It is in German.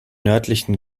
nördlichen